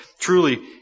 truly